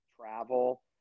Travel